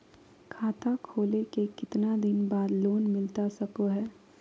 खाता खोले के कितना दिन बाद लोन मिलता सको है?